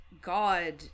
god